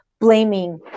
blaming